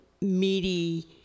meaty